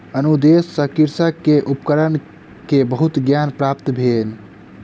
अनुदेश सॅ कृषक के उपकरण के बहुत ज्ञान प्राप्त भेल